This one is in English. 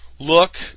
Look